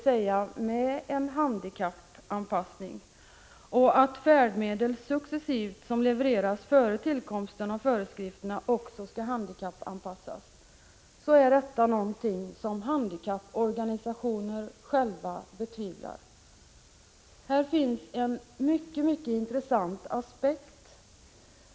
Successivt skall färdmedel, som levererats före tillkomsten av föreskrifterna, också handikappanpassas.” Detta är någonting som handikapporganisationerna för sin del betvivlar. Här finns en mycket intressant aspekt.